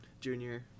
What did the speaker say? junior